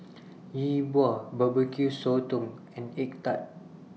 Yi Bua Barbecue Sotong and Egg Tart